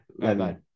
Bye-bye